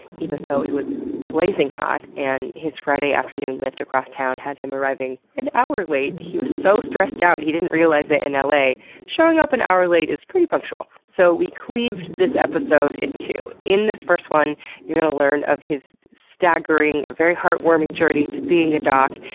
even though it was blazing hot and his friday afternoon lyft across town had him arriving an hour late. he was so stressed out, he didn't realize that ah in la showing up an hour late is pretty punctual. so we cleaved this episode in two. in this first one you're gonna learn of his staggering, very heart warming journey to being a doc,